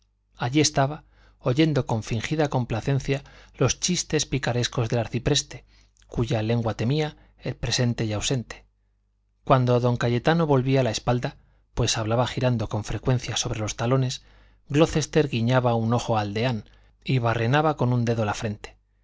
allí estaba oyendo con fingida complacencia los chistes picarescos del arcipreste cuya lengua temía presente y ausente cuando don cayetano volvía la espalda pues hablaba girando con frecuencia sobre los talones glocester guiñaba un ojo al deán y barrenaba con un dedo la frente